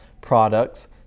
Products